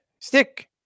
Stick